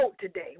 today